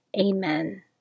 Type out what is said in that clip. Amen